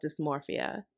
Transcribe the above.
dysmorphia